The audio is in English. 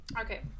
Okay